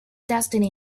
destiny